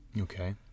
Okay